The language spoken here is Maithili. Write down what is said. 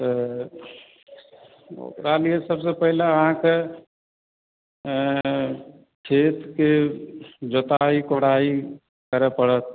तऽ ओकरा लिये सभसे पहिले अहाँकेॅं खेतके जोताइ कोराइ करय परत